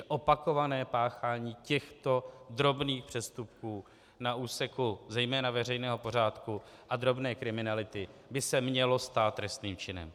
Opakované páchání těchto drobných přestupků na úseku zejména veřejného pořádku a drobné kriminality by se mělo stát trestným činem.